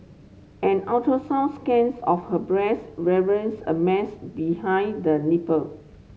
an ultrasound scans of her breast reveals a mass behind the nipple